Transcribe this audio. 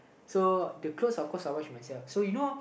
so the clothes of course I wash myself so you know